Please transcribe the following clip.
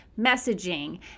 messaging